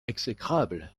exécrable